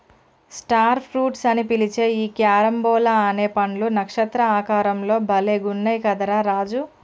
star fruits అని పిలిచే ఈ క్యారంబోలా అనే పండ్లు నక్షత్ర ఆకారం లో భలే గున్నయ్ కదా రా రాజు